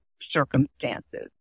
circumstances